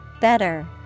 Better